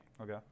Okay